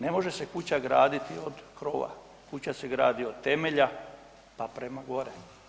Ne može se kuća graditi od krova, kuća se gradi od temelja pa prema gore.